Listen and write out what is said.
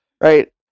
right